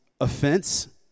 offense